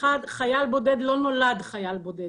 אחד חייל בודד לא נולד חייל בודד.